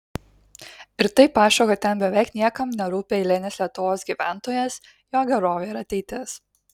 ir taip aišku kad ten beveik niekam nerūpi eilinis lietuvos gyventojas jo gerovė ir ateitis